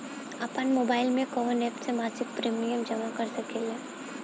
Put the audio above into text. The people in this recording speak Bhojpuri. आपनमोबाइल में कवन एप से मासिक प्रिमियम जमा कर सकिले?